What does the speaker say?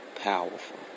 powerful